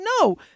no